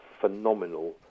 phenomenal